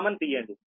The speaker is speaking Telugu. కనుక λ12 0